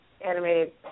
animated